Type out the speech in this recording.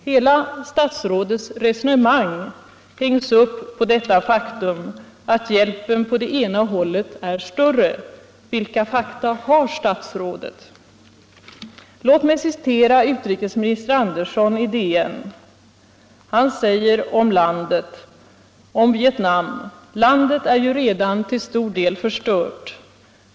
Hela statsrådets resonemang hängs upp på detta faktum: att hjälpen på det ena hållet är större. Vilka fakta har statsrådet? Låt mig citera utrikesminister Andersson i DN. Han säger om Vietnam: ”Landet är ju redan till stor del förstört.